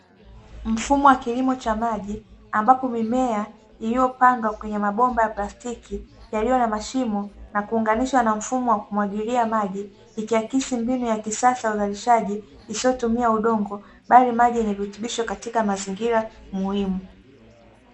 Mfumo wa kilimo cha maji ambapo mimea, iliyopandwa kwenye mabomba ya plastiki yaliyo na mashimo na kuunganishwa na mfumo wa kumwagilia maji ikiakisi mbinu ya kisasa ya uzalishaji isiyotumia udongo bali maji na virutubisho katika mazingira muhimu.